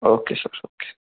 okay sir okay